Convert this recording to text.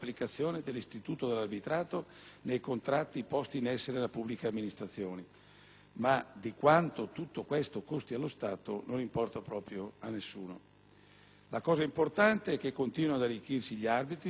Di quanto tutto questo costi allo Stato, però, non importa niente a nessuno. La cosa importante è che continuino ad arricchirsi gli arbitri, gli avvocati, tutti soggetti che, non essendo giudici in base alla Costituzione,